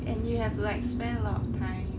and you have to like spend a lot of time